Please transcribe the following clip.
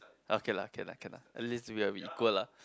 okay lah K lah K lah at least we will be equal lah